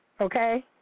okay